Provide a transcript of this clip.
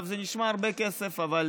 זה נשמע הרבה כסף, אבל